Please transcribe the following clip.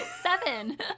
seven